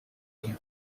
you